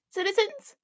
Citizens